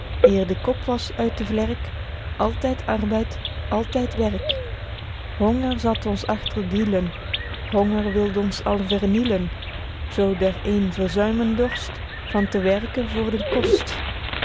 de kop was uit de vlerk altyd arbeid altyd werk guido gezelle vlaemsche dichtoefeningen honger zat ons achter d'hielen honger wilde ons al vernielen zoo der een verzuimen dorst van te werken voor den kost